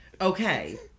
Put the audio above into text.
Okay